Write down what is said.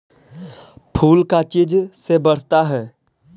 फूल का चीज से बढ़ता है?